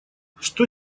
что